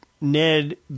Ned